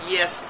Yes